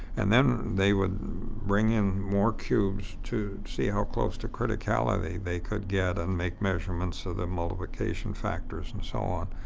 and then they would bring in more cubes to see how close to criticality they could get and make measurements of the multiplication factors and so on.